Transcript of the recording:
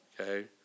Okay